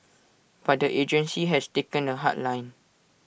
but the agency has taken A hard line